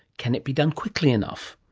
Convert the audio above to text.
can it be done quickly enough?